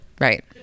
Right